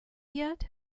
yet